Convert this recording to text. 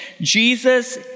Jesus